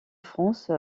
france